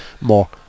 more